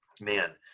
man